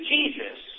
Jesus